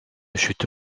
chute